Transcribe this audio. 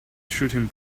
shooting